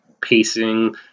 pacing